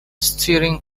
steering